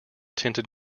tinted